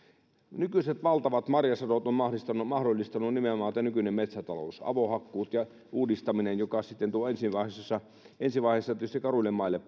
nykyiset valtavat marjasadot on mahdollistanut on mahdollistanut nimenomaan tämä nykyinen metsätalous avohakkuut ja uudistaminen joka tuo ensi vaiheessa ensi vaiheessa tietysti karuille maille